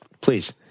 please